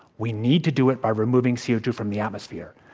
we need to do it by removing c o two from the atmosphere,